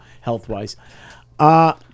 health-wise